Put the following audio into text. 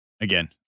again